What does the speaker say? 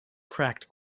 cracked